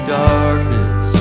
darkness